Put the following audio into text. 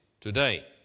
today